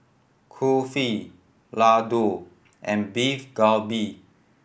Kulfi Ladoo and Beef Galbi